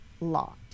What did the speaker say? lot